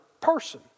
person